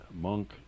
Monk